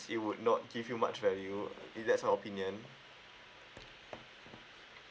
it would not give you much value in that sort of opinion